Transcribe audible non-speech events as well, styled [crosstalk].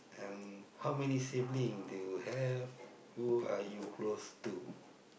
um how many sibling do you have who are you close to [breath]